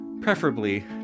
preferably